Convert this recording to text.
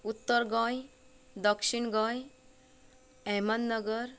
उत्तर गोंय दक्षिण गोंय अहमदनगर